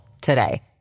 today